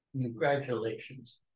Congratulations